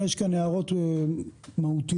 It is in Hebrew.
כמו שאמרתי, מצב של אי בהירות בחקיקה